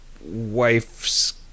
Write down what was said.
wife's